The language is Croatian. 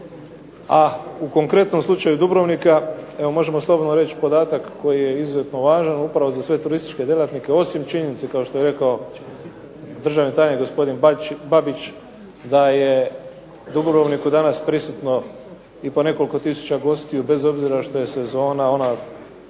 a u konkretnom slučaju Dubrovnika evo možemo slobodno reći podatak koji je izuzetno važan upravo za sve turističke djelatnike, osim činjenice kao što je rekao državni tajnik gospodin Babić da je Dubrovniku danas prisutno i po nekoliko tisuća gostiju bez obzira što je sezona ona